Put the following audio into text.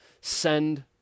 send